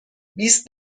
بیست